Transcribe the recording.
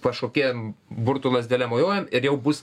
kažkokiem burtų lazdele mojuojam ir jau bus